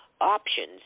options